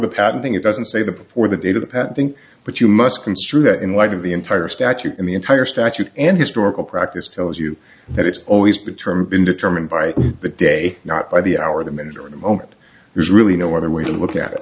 the patent thing it doesn't say that before the date of the patent thing but you must construe that in light of the entire statute in the entire statute and historical practice tells you that it's always between been determined by the day not by the hour the minute or the moment there's really no other way to look at it